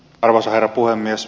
arvoisa herra puhemies